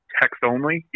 text-only